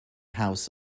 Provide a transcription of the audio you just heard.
house